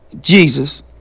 Jesus